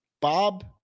Bob